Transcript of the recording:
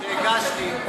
יש לי חוק שהגשתי,